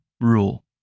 rule